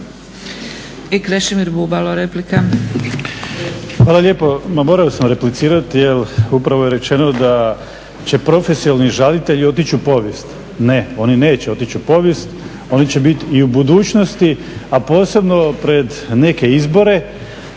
Hvala lijepo. Ma morao sam replicirati jel upravo je rečeno da će profesionalni žalitelji otići u povijest. Ne, oni neće otići u povijest, oni će biti i u budućnosti, a posebno pred neke izbore.